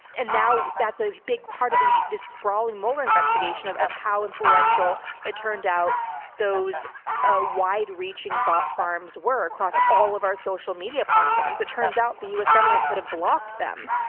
and now that's a big part of the, this sprawling mueler investigation of, of how influential it turned out those ah wide reaching bot farms were across all of our social platforms. it turns out the u s government could have blocked them,